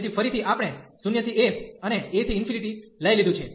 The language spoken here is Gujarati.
તેથી ફરીથી આપણે 0 થી a અને a થી લઈ લીધું છે